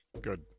good